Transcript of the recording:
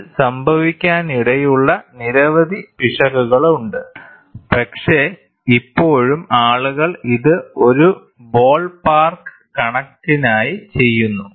ഇതിൽ സംഭവിക്കാനിടയുള്ള നിരവധി പിശകുകൾ ഉണ്ട് പക്ഷേ ഇപ്പോഴും ആളുകൾ ഇത് ഒരു ബോൾപാർക്ക് കണക്കിനായി ചെയ്യുന്നു